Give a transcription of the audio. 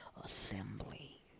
assembly